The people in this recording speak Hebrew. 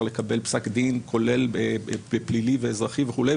לקבל פסק דין כולל בפלילי ואזרחי וכולי,